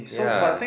yeah